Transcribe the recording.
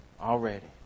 Already